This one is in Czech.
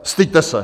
Styďte se!